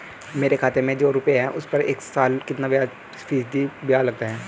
मेरे खाते में जो रुपये हैं उस पर एक साल में कितना फ़ीसदी ब्याज लगता है?